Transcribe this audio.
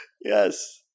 Yes